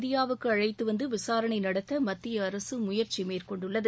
இந்தியாவுக்கு அழைத்துவந்து விசாரணை நடத்த மத்திய அரசு அவரை முயற்சி மேற்கொண்டுள்ளது